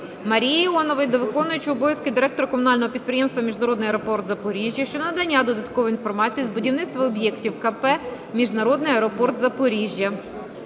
Марії Іонової до виконуючого обов'язки директора комунального підприємства "Міжнародний аеропорт Запоріжжя" щодо надання додаткової інформації з будівництва об'єктів КП "Міжнародний аеропорт Запоріжжя".